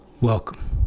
Welcome